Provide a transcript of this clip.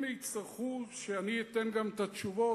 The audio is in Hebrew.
אם יצטרכו שאני אתן גם את התשובות,